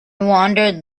wandered